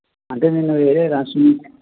అంటే నేను వేరే రాష్ట్రం నుంచి